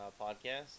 podcast